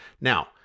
Now